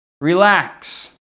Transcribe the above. Relax